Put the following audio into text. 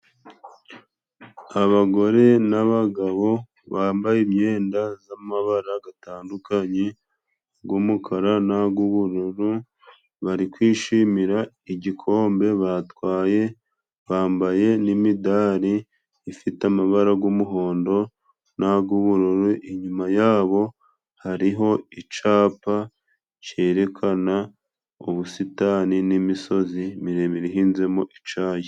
Abagore n'abagabo bambaye imyenda z'amabara gatandukanye g'umukara nag'ubururu, bari kwishimira igikombe batwaye, bambaye n'imidari ifite amabara g'umuhondo nag'ubururu, inyuma yabo hariho icapa cyerekana ubusitani n'imisozi miremire ihinzemo icyayi.